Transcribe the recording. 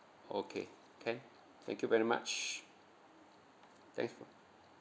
okay can thank you very much thanks for